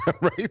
right